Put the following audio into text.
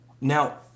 Now